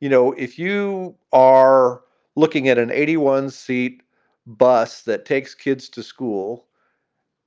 you know, if you are looking at an eighty one seat bus that takes kids to school